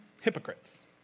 hypocrites